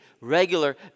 regular